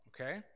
Okay